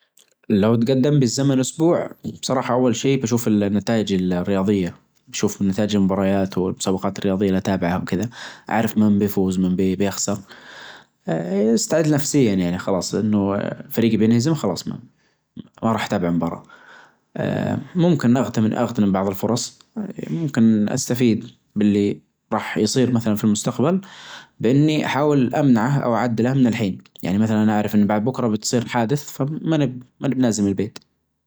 لو تقدم بالزمن اسبوع بصراحة اول شي بشوف النتايج الرياظية نشوف نتائج المباريات والمسابقات الرياظية اللي اتابعها وكذا اعرف من بيفوز مين بيخسر استعد نفسيا يعني خلاص انه فريجي بينهزم خلاص ما راح اتابع المباراة ممكن اغتنم بعظ الفرص ممكن استفيد باللي راح يصير مثلا في المستقبل باني احاول امنعه او اعدله من الحين يعني مثلا اعرف ان بعد بكرة بتصير حادث فماني ماني بنازل من البيت.